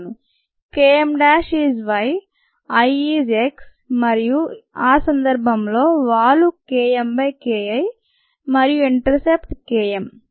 km is y I is x మరియు ఆ సందర్భంలో వాలు KmKI మరియు ఇంటర్ సెప్ట్ Km